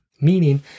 meaning